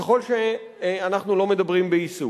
ככל שאנחנו לא מדברים בעיסוק.